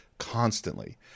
constantly